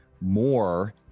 more